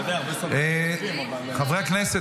אני יודע --- חברי הכנסת,